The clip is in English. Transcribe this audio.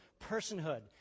personhood